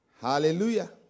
Hallelujah